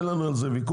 אין לנו על זה ויכוח,